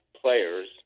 players